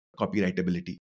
copyrightability